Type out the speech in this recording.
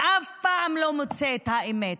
שאף פעם לא מוצא את האמת.